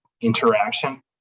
interaction